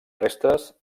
restes